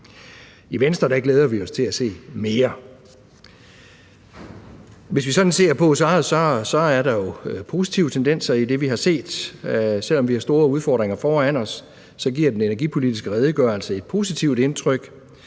I Venstre glæder vi os til at se mere. Der er positive tendenser i det, vi har set. Selv om vi har store udfordringer foran os, giver den energipolitiske redegørelse et positivt indtryk,